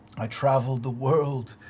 i traveled the world.